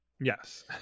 Yes